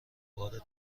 بار